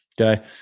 Okay